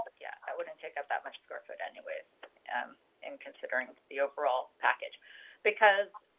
yeah, i wouldn't take up that much square foot anyways in considering the overall package because.